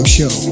Show